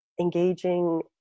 engaging